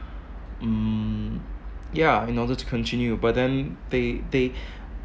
mm yeah in order to continue but then they they